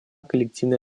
коллективной